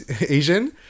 Asian